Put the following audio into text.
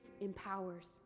empowers